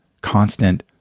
constant